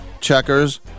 checkers